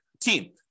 Team